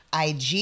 IG